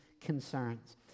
concerns